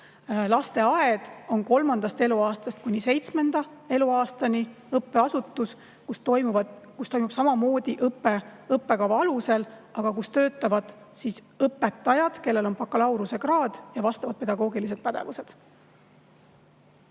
lapsed] kolmandast eluaastast kuni seitsmenda eluaastani ja kus toimub samamoodi õpe õppekava alusel, aga kus töötavad õpetajad, kellel on bakalaureusekraad ja vastavad pedagoogilised pädevused.